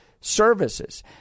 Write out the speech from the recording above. services